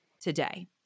today